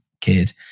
kid